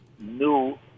New